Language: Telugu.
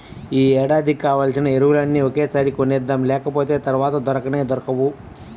యీ ఏడాదికి కావాల్సిన ఎరువులన్నీ ఒకేసారి కొనేద్దాం, లేకపోతె తర్వాత దొరకనే దొరకవు